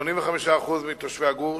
ו-85% מתושבי הגוש